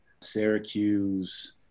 Syracuse